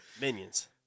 Minions